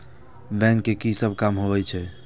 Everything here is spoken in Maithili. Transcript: बैंक के की सब काम होवे छे?